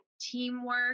teamwork